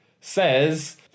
says